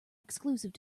exclusive